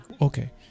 okay